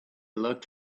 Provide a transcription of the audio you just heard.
looked